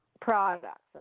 products